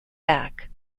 back